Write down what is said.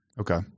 Okay